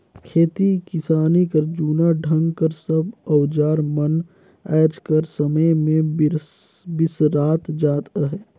खेती किसानी कर जूना ढंग कर सब अउजार मन आएज कर समे मे बिसरात जात अहे